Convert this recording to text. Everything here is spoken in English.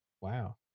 Wow